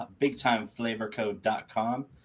bigtimeflavorcode.com